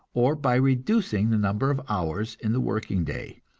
or by reducing the number of hours in the working day,